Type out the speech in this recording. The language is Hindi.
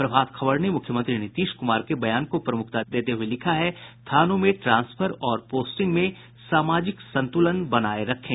प्रभात खबर ने मुख्यमंत्री नीतीश कुमार के बयान को प्रमुखता देते हुये लिखा है थानों में ट्रांसफर और पोस्टिंग में सामाजिक संतुलन बनाये रखें